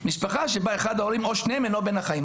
משפחה שבה אחד ההורים או שניהם אינו בין החיים.